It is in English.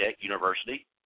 University